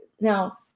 Now